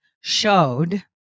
showed